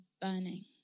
burning